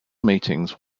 meetings